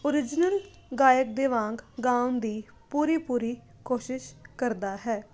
original ਗਾਇਕ ਦੇ ਵਾਂਗ ਗਾਉਣ ਦੀ ਪੂਰੀ ਪੂਰੀ ਕੋਸ਼ਿਸ਼ ਕਰਦਾ ਹੈ